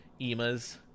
emas